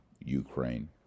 Ukraine